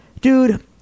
Dude